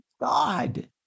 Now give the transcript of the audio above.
God